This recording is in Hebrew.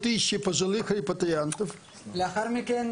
לאחר מכן,